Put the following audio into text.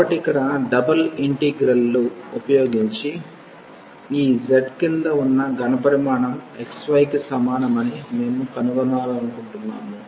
కాబట్టి ఇక్కడ double integral లు ఉపయోగించి ఈ z క్రింద ఉన్న ఘనపరిమాణం xy కి సమానమని మేము కనుగొనాలనుకుంటున్నాము